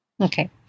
Okay